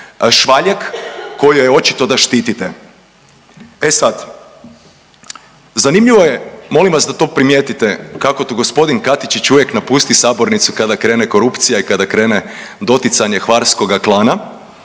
Švaljek kojoj je očito da štitite. E sad, zanimljivo je, molim vas da to primijetite kako gospodin Katičić uvijek napusti sabornicu kada krene korupcija i kada krene doticanje hvarskoga klana